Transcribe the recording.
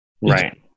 right